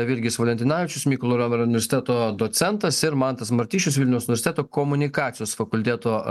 virgis valentinavičius mykolo romerio universiteto docentas ir mantas martišius vilniaus universiteto komunikacijos fakulteto